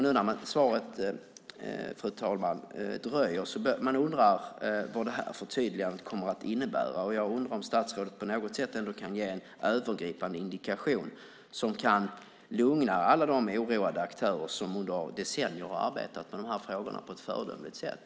Nu när svaret dröjer, fru talman, undrar man vad förtydligandet kommer att innebära. Jag undrar om statsrådet på något sätt ändå kan ge en övergripande indikation som kan lugna alla de oroade aktörer som under decennier har arbetat med de här frågorna på ett föredömligt sätt.